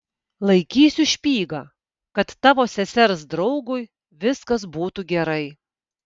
laikysiu špygą kad tavo sesers draugui viskas būtų gerai